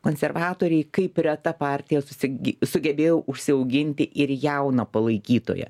konservatoriai kaip reta partija susi sugebėjo užsiauginti ir jauną palaikytoją